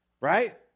Right